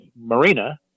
Marina